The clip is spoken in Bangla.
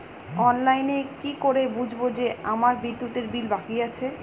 অনলাইনে কি করে বুঝবো যে আমার বিদ্যুতের বিল বাকি আছে?